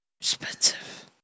expensive